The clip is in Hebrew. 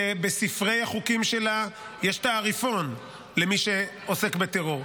שבספרי החוקים שלה יש תעריפון למי שעוסק בטרור,